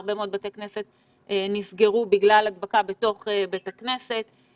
שהרבה מאוד בתי כנסת נסגרו בגלל הדבקה בתוך בית הכנסת.